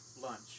lunch